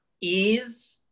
ease